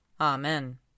Amen